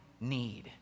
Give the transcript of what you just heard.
need